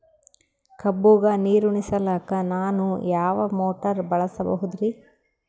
ಕಬ್ಬುಗ ನೀರುಣಿಸಲಕ ನಾನು ಯಾವ ಮೋಟಾರ್ ಬಳಸಬಹುದರಿ?